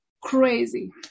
crazy